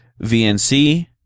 VNC